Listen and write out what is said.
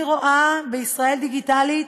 אני רואה ב"ישראל דיגיטלית"